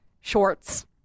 shorts